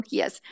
yes